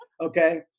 okay